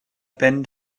peine